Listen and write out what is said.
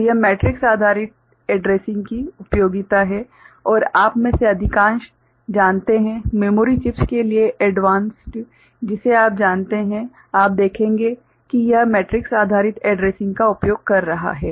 तो यह मैट्रिक्स आधारित एड्रेसिंग की उपयोगिता है और आप में से अधिकांश जानते हैं मेमोरी चिप्स के लिए एडवांस्ड जिसे आप जानते हैं आप देखेंगे कि यह मैट्रिक्स आधारित एड्रेसिंग का उपयोग कर रहा है